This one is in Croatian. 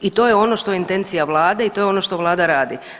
I to je ono što je intencija Vlade i to je ono što Vlada radi.